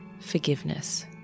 forgiveness